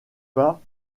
pas